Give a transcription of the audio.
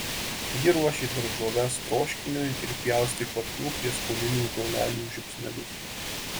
ji ruošė daržoves troškiniui ir pjaustė kvapnių prieskoninių žolelių žiupsnelius